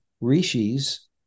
rishis